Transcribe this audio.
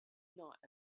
not